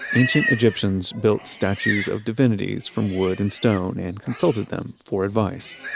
ancient egyptians built statues of divinities from wood and stone and consulted them for advice.